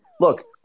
Look